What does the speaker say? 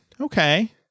okay